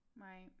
right